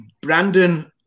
Brandon